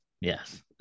Yes